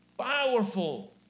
powerful